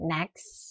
Next